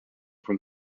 from